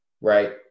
right